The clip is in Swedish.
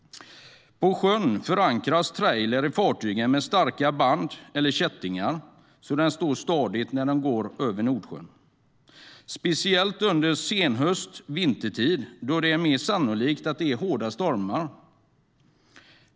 På sjön förankras trailrar i fartyget med starka band eller kättingar för att stå stadigt när de går över Nordsjön, speciellt under senhöst och vintertid då det är mer sannolikt att det är hårda stormar.